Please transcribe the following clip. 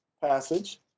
passage